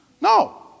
No